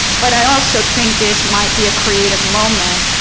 but i also think this might be a creative moment